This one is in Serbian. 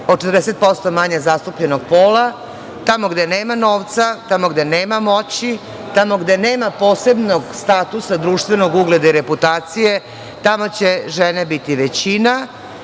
o 40% manje zastupljenog pola, tamo gde nema novca, tamo gde nema moći, tamo gde nema posebnog statusa društvenog, ugleda, reputacije, tamo će žene biti većina